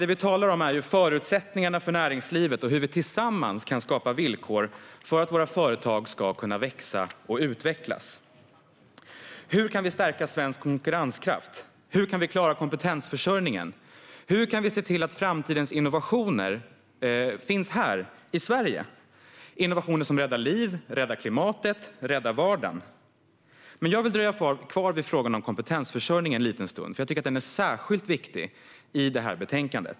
Det vi talar om är förutsättningarna för näringslivet och hur vi tillsammans kan skapa villkor för att våra företag ska kunna växa och utvecklas. Hur kan vi stärka svensk konkurrenskraft? Hur kan vi klara kompetensförsörjningen? Hur kan vi se till att framtidens innovationer - innovationer som räddar liv, räddar klimatet och räddar vardagen - finns här i Sverige? Men jag vill dröja kvar vid frågan om kompetensförsörjning en liten stund, för jag tycker att den är särskilt viktig i detta betänkande.